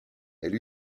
elle